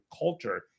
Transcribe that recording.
culture